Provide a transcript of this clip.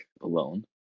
alone